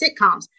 sitcoms